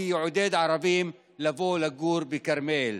כי זה יעודד ערבים לבוא לגור בכרמיאל.